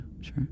sure